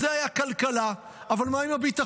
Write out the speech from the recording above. אז זה היה בכלכלה, אבל מה עם הביטחון?